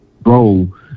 bro